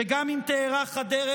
שגם אם תארך הדרך,